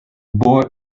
boy